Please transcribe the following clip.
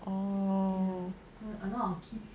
orh